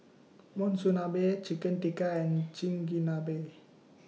Monsunabe Chicken Tikka and Chigenabe